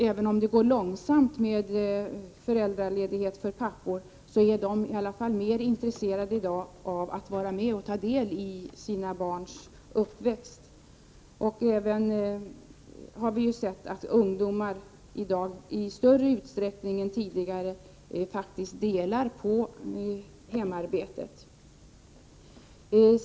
Även om det går långsamt med föräldraledighet för pappor, har vi trots allt sett att dagens pappor är mer intresserade av att ta del isina barns uppväxt. Vi har också sett att ungdomari dag i större utsträckning än tidigare faktiskt delar på hemarbetet.